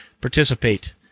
participate